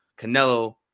Canelo